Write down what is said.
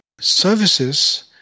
services